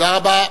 תודה רבה.